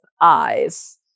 eyes